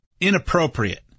inappropriate